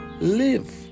live